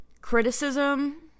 Criticism